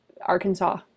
Arkansas